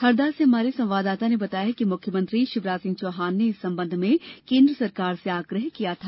हरदा से हमारे संवाददाता ने बताया है कि मुख्यमंत्री शिवराज सिंह चौहान ने इस संबंध में केन्द्र सरकार से आग्रह किया गया था